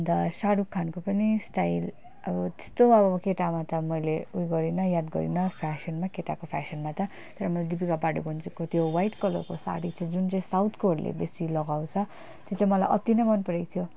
अन्त शाहरुख खानको पनि स्टाइल अब त्यस्तो अब केटामा त मैले उयो गरिनँ याद गरिनँ फेसनमा केटाको फेसनमा त तर मैले दिपिका पाडुकोनको त्यो व्हाइट कलरको सारी चाहिँ जुन चैँ साउथकोहरूले बेसी लगाउँछ त्यो चाहिँ मलाई अति नै मन परेको थियो